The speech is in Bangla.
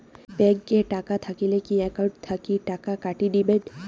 ব্যাংক এ টাকা থাকিলে কি একাউন্ট থাকি টাকা কাটি নিবেন?